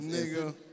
nigga